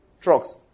trucks